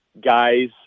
guys